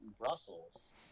Brussels